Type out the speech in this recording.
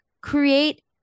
create